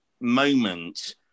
moment